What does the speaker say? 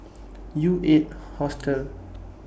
U eight Hostel